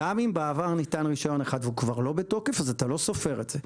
גם אם בעבר ניתן רישיון אחד והוא כבר לא בתוקף אז אתה לא סופר את זה,